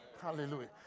Hallelujah